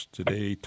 today